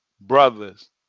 brothers